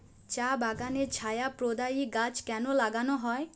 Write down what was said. চা বাগানে ছায়া প্রদায়ী গাছ কেন লাগানো হয়?